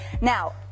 Now